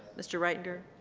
mr. reitinger,